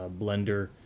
Blender